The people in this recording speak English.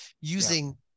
using